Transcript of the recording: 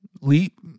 leap